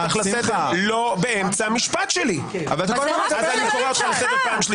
שאומר שמקרקעי המדינה אי אפשר להעביר אותם,